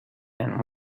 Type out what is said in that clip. and